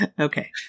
Okay